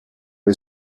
est